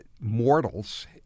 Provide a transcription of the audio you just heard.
mortals